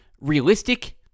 Realistic